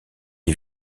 les